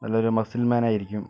നല്ലൊരു മസിൽമാൻ ആയിരിക്കും